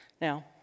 Now